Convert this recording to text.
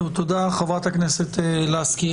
תודה, חה"כ לסקי.